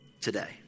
today